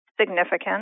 significant